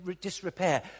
disrepair